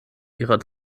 ihrer